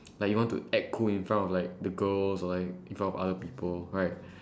like you want to act cool in front of like the girls or like in front of other people right